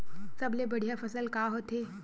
सबले बढ़िया फसल का होथे?